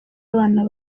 abana